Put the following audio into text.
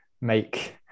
make